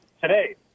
today